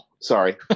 sorry